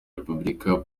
repubulika